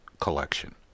collection